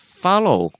follow